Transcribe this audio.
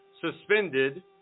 suspended